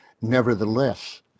Nevertheless